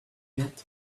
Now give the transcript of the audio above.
yet